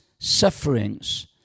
sufferings